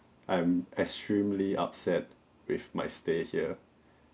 I'm extremely upset with my stay here